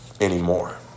anymore